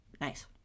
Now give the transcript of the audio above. nice